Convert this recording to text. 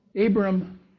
Abram